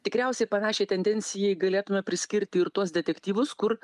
tikriausiai panašiai tendencijai galėtume priskirti ir tuos detektyvus kur